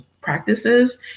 practices